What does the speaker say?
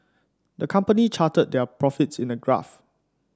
the company charted their profits in a graph